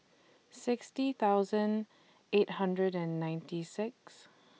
sixty thousand eight hundred and ninety six